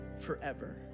forever